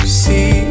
see